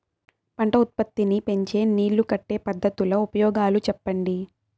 పంట ఉత్పత్తి నీ పెంచే నీళ్లు కట్టే పద్ధతుల ఉపయోగాలు చెప్పండి?